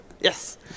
Yes